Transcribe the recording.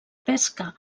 pesca